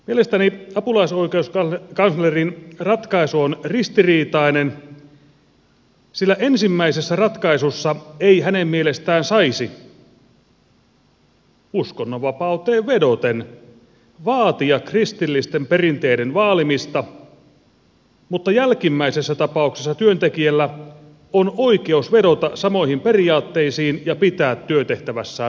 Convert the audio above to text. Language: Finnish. mielestäni apulaisoikeuskanslerin ratkaisu on ristiriitainen sillä ensimmäisessä ratkaisussa ei hänen mielestään saisi uskonnonvapauteen vedoten vaatia kristillisten perinteiden vaalimista mutta jälkimmäisessä tapauksessa työntekijällä on oikeus vedota samoihin periaatteisiin ja pitää työtehtävässään huivia